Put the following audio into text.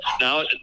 now